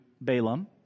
Balaam